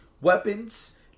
weapons